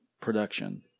production